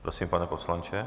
Prosím, pane poslanče.